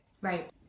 Right